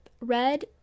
red